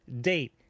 date